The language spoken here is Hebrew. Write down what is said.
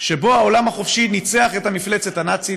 שבו העולם החופשי ניצח את המפלצת הנאצית,